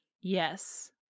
Yes